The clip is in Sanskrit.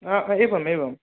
आ एवं एवं